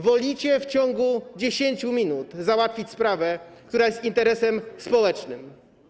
Wolicie w ciągu 10 minut załatwić sprawę, która jest interesem społecznym.